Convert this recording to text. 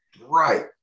Right